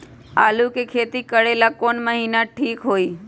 आलू के खेती करेला कौन महीना ठीक होई?